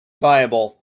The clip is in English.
viable